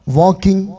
walking